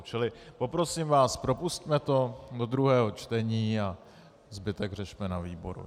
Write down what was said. Čili poprosím vás, propusťme to do druhého čtení a zbytek řešme na výboru.